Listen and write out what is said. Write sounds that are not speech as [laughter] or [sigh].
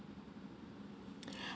[breath]